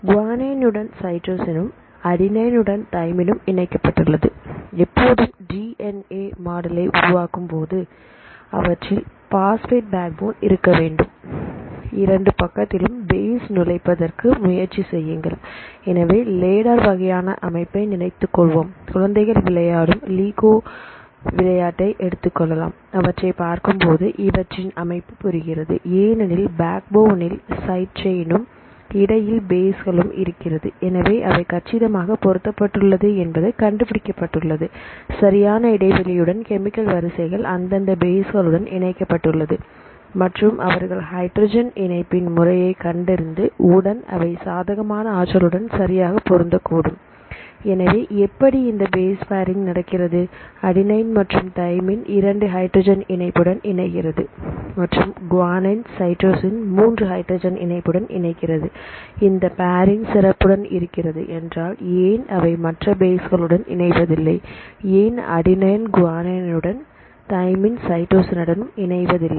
குவானைனுடன் சைடுசினும் அடினைனுடன் தயமின்னும் இணைக்கப்பட்டுள்ளது எப்போதும் டி என் ஏ மாடலை உருவாக்கும் போதும் அவற்றில் பாஸ்பேட் பேக்போன் இருக்க வேண்டும் இரண்டு பக்கத்திலும் பேஸ் நுழைப்பதற்கு முயற்சி செய்யுங்கள் எனவே லேடர் வகையான அமைப்பை நினைத்துக் கொள்வோம் குழந்தைகள் விளையாடும் லீகோ விளையாட்டை எடுத்துக்கொள்ளலாம் அவற்றைப் பார்க்கும்போது இவற்றின் அமைப்பு புரிகிறது ஏனெனில் பேக் போனில் சைட் செயினும் இடையில் பேசஸ்களும் இருக்கிறது எனவே அவை கட்சிதமாக பொருத்தப்பட்டுள்ளது என்பது கண்டுபிடிக்கப்பட்டுள்ளது சரியான இடைவெளியுடன் கெமிக்கல் வரிசைகள் அந்தந்த பேஸ் உடன் இணைக்கப்பட்டுள்ளது மற்றும் அவர்கள் ஹைட்ரஜன் இணைப்பின் முறையை கண்டறிந்து உடன் அவை சாதகமான ஆற்றலுடன் சரியாக பொருந்த கூடும் எனவே எப்படி இந்த பேஸ் பேரிங் நடக்கிறது அடிநின் மற்றும் தயமின் 2 ஹைட்ரஜன் இணைப்புடன் இணைகிறது மற்றும் குவானின் சைடுசின் 3 ஹைட்ரஜன் இணைப்புடன் இணைகிறது இந்த பேரிங் சிறப்புடன் இருக்கிறது என்றால் ஏன் அவை மற்ற பேஸ்கலுடன் இணைவதில்லைஏன் அடிநின் குவானின்டனும் தயமின் சைடுசின்டன் இணைவதில்லை